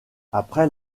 après